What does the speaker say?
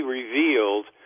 revealed